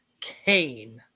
Cain